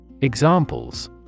Examples